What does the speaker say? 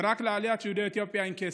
ורק לעליית יהודי אתיופיה אין כסף.